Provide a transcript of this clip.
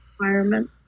environment